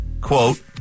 quote